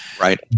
right